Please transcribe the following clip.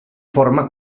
forma